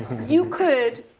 you could,